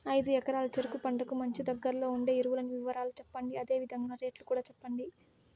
ఐదు ఎకరాల చెరుకు పంటకు మంచి, దగ్గర్లో ఉండే ఎరువుల వివరాలు చెప్పండి? అదే విధంగా రేట్లు కూడా చెప్పండి?